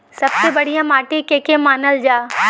सबसे बढ़िया माटी के के मानल जा?